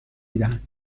میدهند